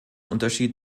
unterschied